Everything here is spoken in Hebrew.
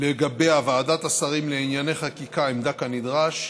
לגביה ועדת השרים לענייני חקיקה עמדה כנדרש,